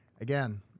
again